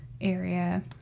area